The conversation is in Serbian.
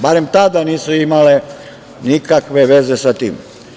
Barem tada nisu imale nikakve veze sa tim.